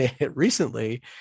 recently